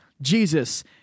Jesus